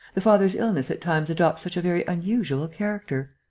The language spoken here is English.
the father's illness at times adopts such a very unusual character.